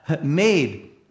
made